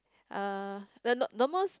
uh the the most